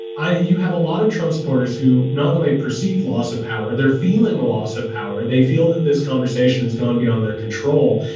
you have a lot of trump supporters who not only perceived loss of power, they're feeling a loss of power. they feel that this conversation has gone beyond their control.